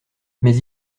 mais